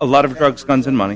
a lot of drugs guns and money